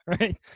Right